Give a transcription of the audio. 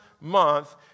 month